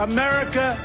America